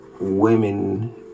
women